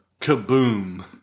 Kaboom